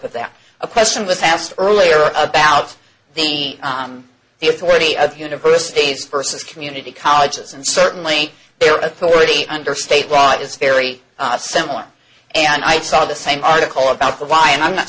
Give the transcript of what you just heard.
that a question was asked earlier about the on the authority of universities versus community colleges and certainly their authority under state law is very similar and i saw the same article about why and i'm not